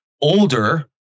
Older